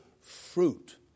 fruit